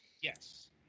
Yes